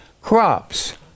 crops